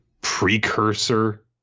precursor